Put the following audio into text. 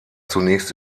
zunächst